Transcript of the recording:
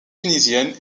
tunisienne